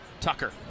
Tucker